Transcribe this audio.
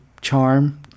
charm